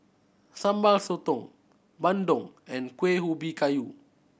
Sambal Sotong bandung and Kuih Ubi Kayu